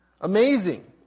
Amazing